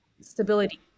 stability